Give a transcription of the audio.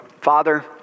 Father